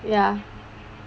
ya